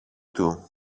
του